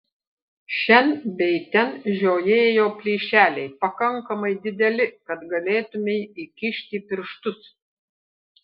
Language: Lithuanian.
šen bei ten žiojėjo plyšeliai pakankamai dideli kad galėtumei įkišti pirštus